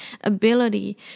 ability